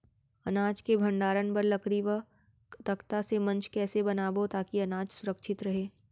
अनाज के भण्डारण बर लकड़ी व तख्ता से मंच कैसे बनाबो ताकि अनाज सुरक्षित रहे?